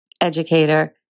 educator